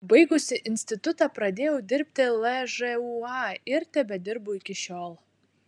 baigusi institutą pradėjau dirbti lžūa ir tebedirbu iki šiol